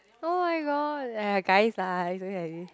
oh my god (aiya) guys lah it's okay it's okay